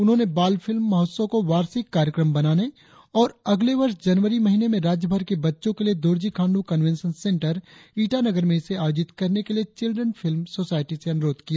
उन्होंने बाल फिल्म महोत्सव को वार्षिक कार्यक्रम बनाने और अगले वर्ष जनवरी महीने में राज्यभर के बच्चो के लिए दोरजी खांडू कनवेंशन सेंटर ईटानगर में इसे आयोजित करने के लिए चिल्ड्रेन फिल्म सोसायटी से अनुरोध किया